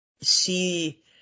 see